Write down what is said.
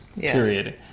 period